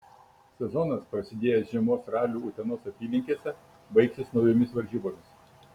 sezonas prasidėjęs žiemos raliu utenos apylinkėse baigsis naujomis varžybomis